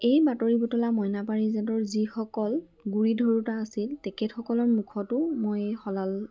এই বাতৰি বুটলা মইনা পাৰিজাতৰ যিসকল গুৰি ধৰোঁতা আছিল তেখেতসকলৰ মুখতো মই শলাল